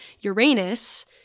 Uranus